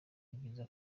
ryiza